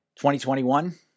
2021